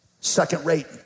Second-rate